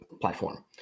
platform